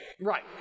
Right